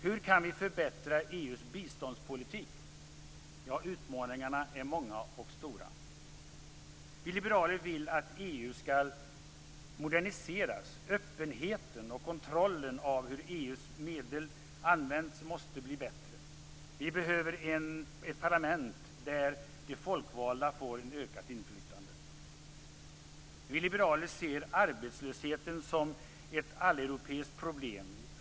Hur kan vi förbättra EU:s biståndspolitik? Utmaningarna är många och stora. Vi liberaler vill att EU skall moderniseras. Öppenheten och kontrollen av hur EU:s medel används måste bli bättre. Vi behöver ett parlament där de folkvalda får ett ökat inflytande. Vi liberaler ser arbetslösheten som ett alleuropeiskt problem.